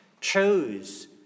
chose